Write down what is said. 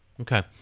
Okay